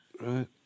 right